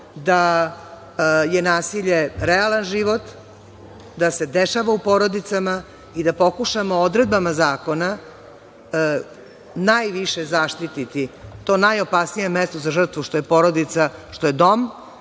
da je nasilje realan život, da se dešava u porodicama i da pokušamo odredbama zakona najviše zaštititi to najopasnije mesto za žrtvu, što je porodica, što je dom,